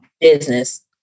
business